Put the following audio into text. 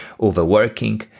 overworking